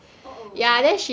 uh oh